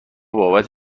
بابت